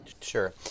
Sure